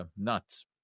nuts